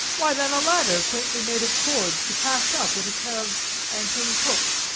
why then a ladder, quaintly made of cords, to cast up with a pair of anchoring hooks,